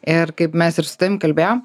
ir kaip mes ir su tavim kalbėjom